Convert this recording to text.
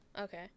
Okay